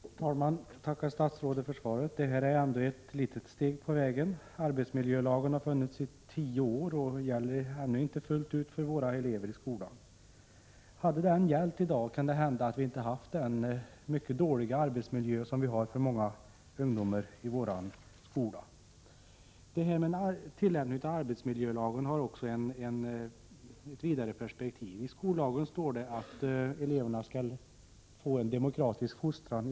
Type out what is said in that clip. Herr talman! Jag tackar statsrådet för svaret. Detta är ändå ett steg på vägen. Arbetsmiljölagen har funnits i tio år men gäller ännu inte fullt ut för eleverna i skolan. Om så varit fallet kan det hända — Prot. 1986/87:109 att vi inte haft den mycket dåliga arbetsmiljö som många ungdomar i vår 23 april 1987 skola har. RN RT TSE FRAS Tillämpningen av arbetsmiljölagen har också ett vidare perspektiv. I OM kompensation nn skollagen står det att eleverna i skolorna skall få en demokratisk fostran.